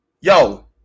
Yo